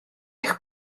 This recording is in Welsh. eich